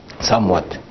somewhat